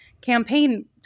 Campaign